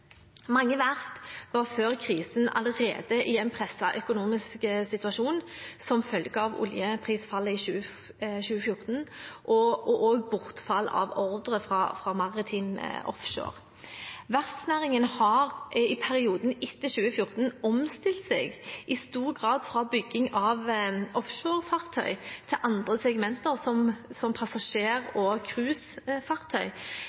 Mange verft var før krisen allerede i en presset økonomisk situasjon som følge av oljeprisfallet i 2014 og også bortfall av ordrer fra maritim offshore. Verftsnæringen har i perioden etter 2014 omstilt seg i stor grad fra bygging av offshorefartøy til andre segmenter, som passasjer- og cruisefartøy, som